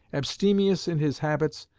abstemious in his habits,